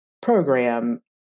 program